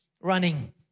running